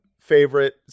favorite